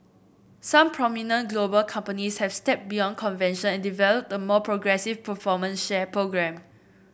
some prominent global companies have stepped beyond convention and developed a more progressive performance share programme